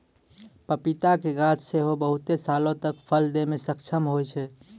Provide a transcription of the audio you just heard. पपीता के गाछ सेहो बहुते सालो तक फल दै मे सक्षम होय छै